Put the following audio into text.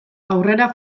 aurrera